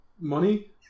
Money